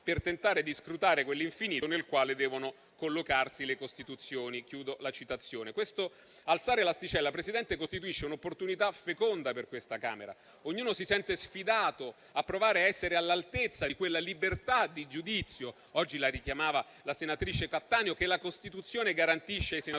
«per tentare di scrutare quell'infinito nel quale devono collocarsi le Costituzioni». Chiudo la citazione. Questo alzare l'asticella, signor Presidente, costituisce un'opportunità feconda per questa Camera. Ognuno si sente sfidato a provare a essere all'altezza di quella libertà di giudizio - oggi la richiamava la senatrice Cattaneo - che la Costituzione garantisce ai senatori